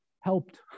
helped